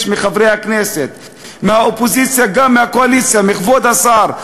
גם מהקואליציה, מכבוד השר,